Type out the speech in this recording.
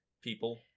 people